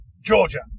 Georgia